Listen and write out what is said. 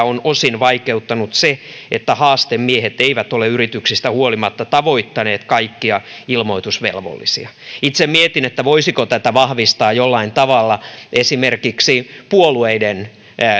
on osin vaikeuttanut se että haastemiehet eivät ole yrityksistä huolimatta tavoittaneet kaikkia ilmoitusvelvollisia itse mietin voisiko tätä vahvistaa jollain tavalla esimerkiksi puolueiden